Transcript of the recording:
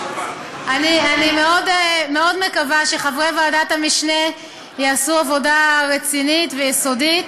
אני מאוד מקווה שחברי ועדת המשנה יעשו עבודה רצינית ויסודית.